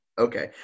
Okay